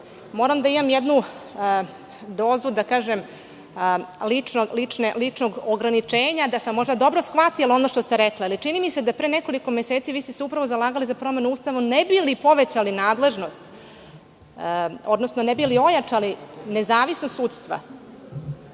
moram da imam jednu dozu ličnog ograničenja, da sam možda dobro shvatila ono što ste rekli, ali čini mi se da ste se pre nekoliko meseci upravo zalagali za promenu Ustava, ne bi li povećali nadležnost, odnosno ojačali nezavisnost sudstva.